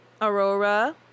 Aurora